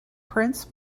prince